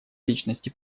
личности